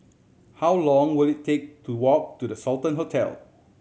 how long will it take to walk to The Sultan Hotel